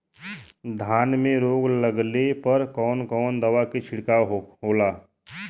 धान में रोग लगले पर कवन कवन दवा के छिड़काव होला?